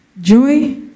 joy